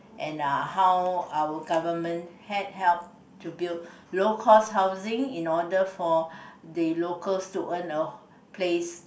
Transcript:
and uh how our government had help to build local housings in order for the locals to earn a place